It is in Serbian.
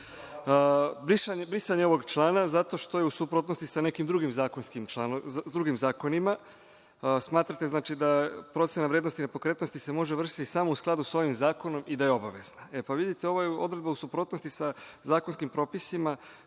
istinu. Brisanje ovog člana zato što je u suprotnosti sa nekim drugim zakonima, smatrate, znači, da procena vrednosti nepokretnosti se može vršiti samo u skladu sa ovim zakonom i da je obavezna. Vidite, ova je odredba u suprotnosti sa zakonskim propisima